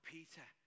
Peter